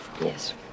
Yes